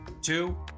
Two